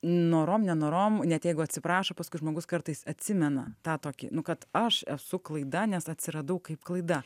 norom nenorom net jeigu atsiprašo paskui žmogus kartais atsimena tą tokį nu kad aš esu klaida nes atsiradau kaip klaida